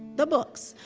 the books,